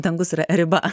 dangus yra riba